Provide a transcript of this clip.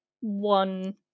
one